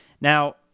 Now